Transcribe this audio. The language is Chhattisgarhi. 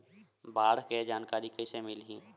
बाढ़ के जानकारी कइसे मिलही?